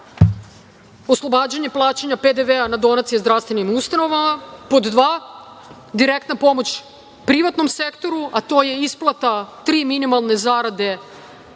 oslobađanje plaćanja PDV-a na donacije zdravstvenim ustanovama. Pod dva, direktna pomoć privatnom sektoru, a to je isplata tri minimalne zarade